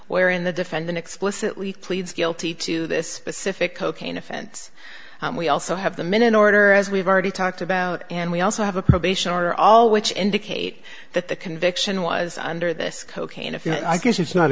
wherein the defendant explicitly pleads guilty to this specific cocaine offense and we also have the minin order as we've already talked about and we also have a probation order all which indicate that the conviction was under this cocaine if you i guess it's not